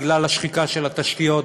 בגלל השחיקה של התשתיות,